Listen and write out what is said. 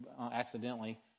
accidentally